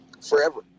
forever